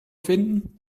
finden